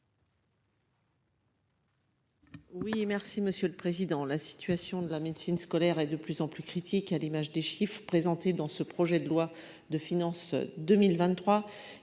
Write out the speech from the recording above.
Oui, merci Monsieur le Président, la situation de la médecine scolaire est de plus en plus critique à l'image des chiffres présentés dans ce projet de loi de finances 2023